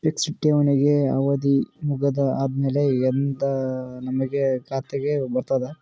Fixed ಠೇವಣಿ ಅವಧಿ ಮುಗದ ಆದಮೇಲೆ ಎಂದ ನಮ್ಮ ಖಾತೆಗೆ ಬರತದ?